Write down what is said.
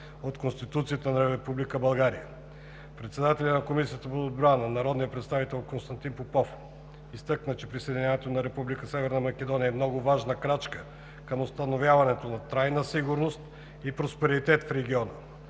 от Конституцията на Република България. Председателят на Комисията по отбрана народният представител Константин Попов изтъкна, че присъединяването на Република Северна Македония е много важна крачка към установяването на трайна сигурност и просперитет в региона.